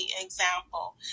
example